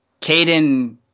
Caden